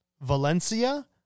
Valencia